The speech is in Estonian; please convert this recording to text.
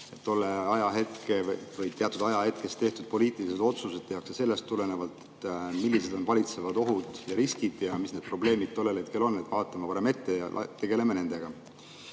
teame ju kõik, et teatud ajahetkel tehtud poliitilised otsused tehakse sellest tulenevalt, millised on valitsevad ohud ja riskid ja mis need probleemid tollel hetkel on. Vaatame parem ette ja tegeleme nendega. Minu